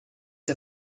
der